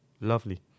lovely